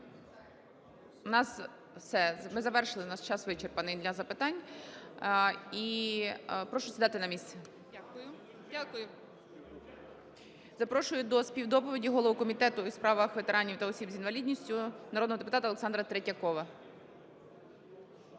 ми завершили, у нас час вичерпаний для запитань. Прошу сідати на місце. Запрошую до співдоповіді голову Комітету у справах ветеранів та осіб з інвалідністю народного депутата Олександра Третьякова.